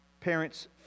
parents